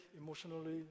emotionally